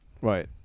Right